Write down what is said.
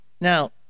Now